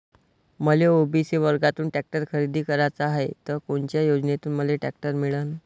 मले ओ.बी.सी वर्गातून टॅक्टर खरेदी कराचा हाये त कोनच्या योजनेतून मले टॅक्टर मिळन?